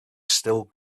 still